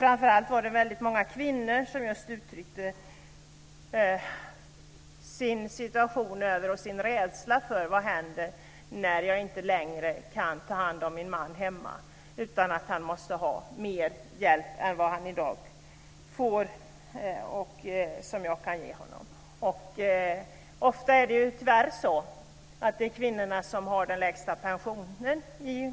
Framför allt gav många kvinnor uttryck för sin situation och uttryckte rädsla: Vad händer när jag inte längre kan ta hand om min man hemma när han måste ha mer hjälp än han i dag får och mer hjälp än jag kan ge honom? Tyvärr är det ofta så i vårt land att det är kvinnorna som har den lägsta pensionen.